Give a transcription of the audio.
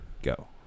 go